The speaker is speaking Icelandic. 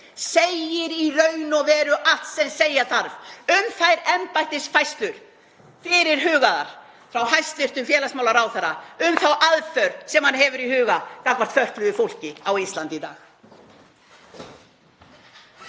segir í raun og veru allt sem segja þarf um þær embættisfærslur sem eru fyrirhugaðar frá hæstv. félagsmálaráðherra, um þá aðför sem hann hefur í huga gagnvart fötluðu fólki á Íslandi í dag.